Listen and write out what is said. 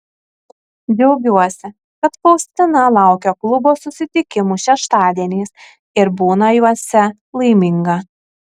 džiaugiuosi kad faustina laukia klubo susitikimų šeštadieniais ir būna juose laiminga